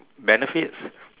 benefits